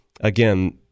Again